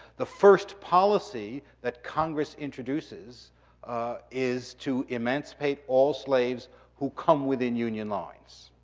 the first policy that congress introduces is to emancipate all slaves who come within union lines.